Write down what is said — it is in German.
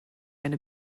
eine